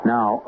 Now